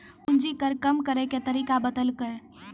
पूंजी कर कम करैय के तरीका बतैलकै